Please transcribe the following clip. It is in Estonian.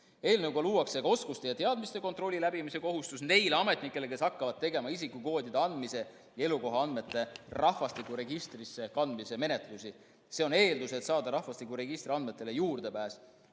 Eelnõuga luuakse ka oskuste ja teadmiste kontrolli läbimise kohustus neile ametnikele, kes hakkavad tegema isikukoodide andmise ja elukohaandmete rahvastikuregistrisse kandmise menetlusi. See on eeldus, et saada rahvastikuregistri andmetele juurdepääs.